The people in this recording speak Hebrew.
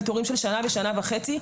זה תורים של שנה ושנה וחצי,